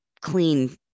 clean